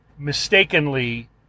mistakenly